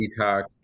detox